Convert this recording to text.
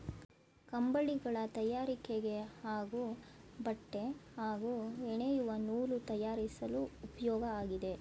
ಕಂಬಳಿಗಳ ತಯಾರಿಕೆಗೆ ಹಾಗೂ ಬಟ್ಟೆ ಹಾಗೂ ಹೆಣೆಯುವ ನೂಲು ತಯಾರಿಸಲು ಉಪ್ಯೋಗ ಆಗಿದೆ